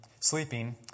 sleeping